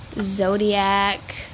zodiac